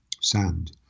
sand